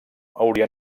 hauria